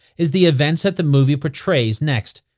is the events that the movie portrays next.